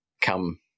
come